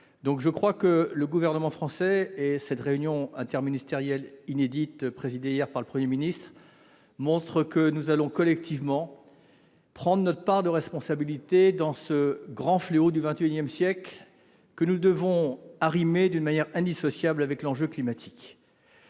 prise de conscience précède les actes. La réunion interministérielle inédite présidée hier par le Premier ministre en témoigne : nous allons collectivement prendre notre part de responsabilité dans ce grand fléau du XXI siècle, que nous devons arrimer de manière indissociable à l'enjeu climatique.